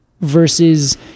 versus